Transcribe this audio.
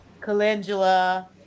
calendula